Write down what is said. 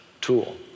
tool